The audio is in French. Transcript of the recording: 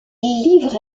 livre